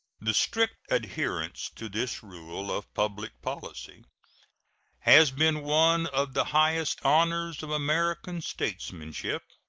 the strict adherence to this rule of public policy has been one of the highest honors of american statesmanship,